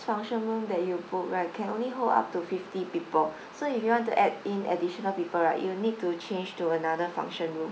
function room that you booked right can only hold up to fifty people so if you want to add in additional people right you will need to change to another function room